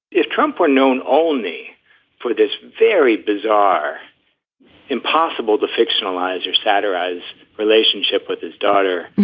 if trump were known only for this, very bizarre impossible to fictionalize or satirise relationship with his daughter